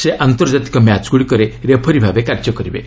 ସେ ଆନ୍ତର୍ଜାତିକ ମ୍ୟାଚ୍ଗୁଡ଼ିକରେ ରେଫରୀ ଭାବେ କାର୍ଯ୍ୟ କରିବେ